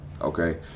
okay